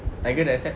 tiger dah accept